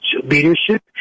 leadership